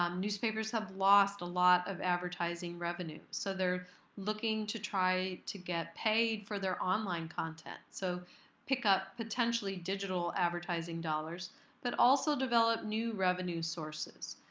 um newspapers have lost a lot of advertising revenue so they're looking to try to get paid for their online content. so pick up potentially digital advertising dollars but also develop new revenue sources.